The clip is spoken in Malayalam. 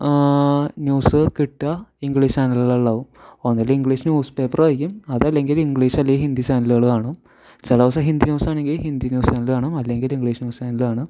ന്യൂസ് കിട്ടുക ഇംഗ്ലീഷ് ചാനലുകളിലാവും ഒന്നല്ലെങ്കിൽ ഇംഗ്ലീഷ് ന്യൂസ്പേപ്പർ വായിക്കും അതല്ലെങ്കിൽ ഇംഗ്ലീഷ് അല്ലെങ്കിൽ ഹിന്ദി ചാനലുകൾ കാണും ചില ദിവസം ഹിന്ദി ന്യൂസ് ആണെങ്കിൽ ഹിന്ദി ന്യൂസ് ചാനലുകൾ കാണും അല്ലെങ്കിൽ ഇംഗ്ലീഷ് ന്യൂസ് ചാനൽ കാണും